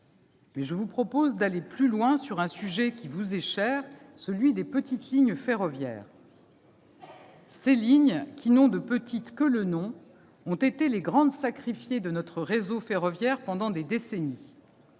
Aussi, je vous propose d'aller plus loin sur un sujet qui vous est cher, celui des petites lignes ferroviaires. Ces lignes, qui n'ont de « petites » que le nom, ont été les grandes sacrifiées de notre réseau ferroviaire pendant des décennies